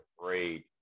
afraid